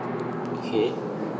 okay